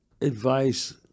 advice